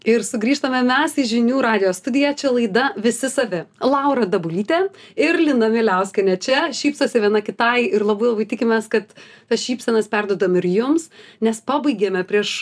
ir sugrįžtame mes į žinių radijo studiją čia laida visi savi laura dabulytė ir lina mieliauskienė čia šypsosi viena kitai ir labai labai tikimės kad tas šypsenas perduodam ir jums nes pabaigėme prieš